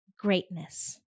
Greatness